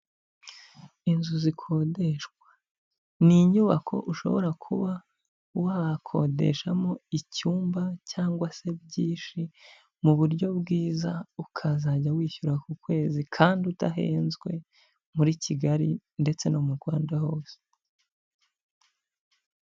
Inzu zikodeshwa, ni inyubako ushobora kuba wakodeshamo icyumba cyangwa se byinshi mu buryo bwiza, ukazajya wishyura ku kwezi kandi udahenzwe muri Kigali ndetse no mu Rwanda hose.